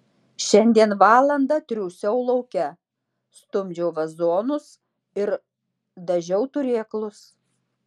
šiandien valandą triūsiau lauke stumdžiau vazonus ir dažiau turėklus